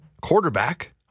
quarterback